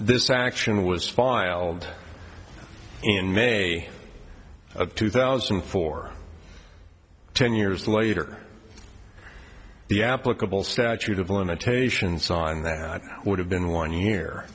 this action was filed in may of two thousand and four ten years later the applicable statute of limitations on that would have been one year